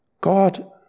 God